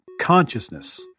consciousness